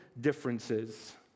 differences